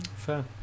Fair